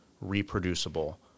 reproducible